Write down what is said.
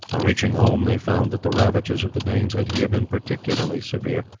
on reaching home they found that the ravages of the danes had here been particularly severe,